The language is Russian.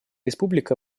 республика